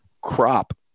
crop